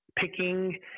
picking